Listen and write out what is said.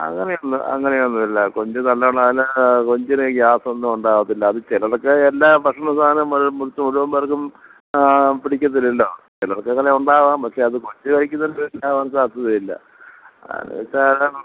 അങ്ങനെയൊന്നും അങ്ങനെയൊന്നുമില്ല കൊഞ്ച് നല്ലോണം നല്ല കൊഞ്ചിന് ഗ്യാസൊന്നും ഉണ്ടാകത്തില്ല അത് ചിലരൊക്കെ എല്ലാ ഭക്ഷണസാധനോം മൂ മുഴുവൻ പേർക്കും പിടിക്കത്തില്ലല്ലോ ചിലർക്കങ്ങനെ ഉണ്ടാകാം പക്ഷേ അത് കൊഞ്ച് കഴിക്കുന്നോണ്ട് ഉണ്ടാവാൻ സാധ്യതയില്ല അത് കാരണം